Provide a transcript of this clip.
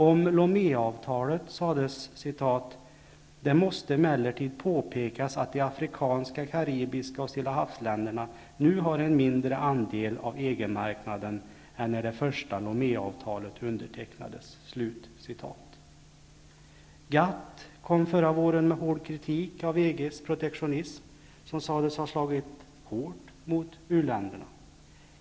Om Loméavtalet sades: ''Det måste emellertid påpekas att de afrikanska, karibiska och Stillahavsländerna nu har en mindre andel av EG-marknaden än när det första Loméavtalet undertecknades.'' GATT kom förra våren med hård kritik av EG:s protektionism, som sades ha slagit hårt mot uländerna.